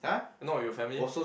not with your family